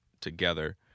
together